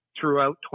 throughout